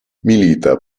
milita